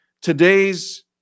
today's